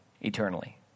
eternally